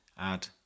add